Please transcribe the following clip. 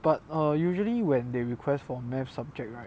but err usually when they request for mathematics subject right